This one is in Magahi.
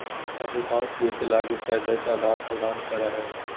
अधिकांश वित्त लगी सैद्धांतिक आधार प्रदान करो हइ